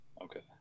okay